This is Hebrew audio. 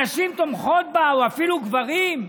הנשים תומכות בה או אפילו גברים,